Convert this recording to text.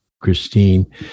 Christine